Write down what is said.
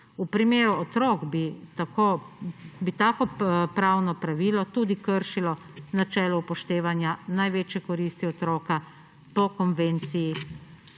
V primeru otrok bi tako pravno pravilo tudi kršilo načelo upoštevanja največje koristi otroka po konvenciji